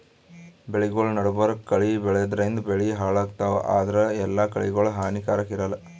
ಬೆಳಿಗೊಳ್ ನಡಬರ್ಕ್ ಕಳಿ ಬೆಳ್ಯಾದ್ರಿನ್ದ ಬೆಳಿ ಹಾಳಾಗ್ತಾವ್ ಆದ್ರ ಎಲ್ಲಾ ಕಳಿಗೋಳ್ ಹಾನಿಕಾರಾಕ್ ಇರಲ್ಲಾ